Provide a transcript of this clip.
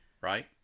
right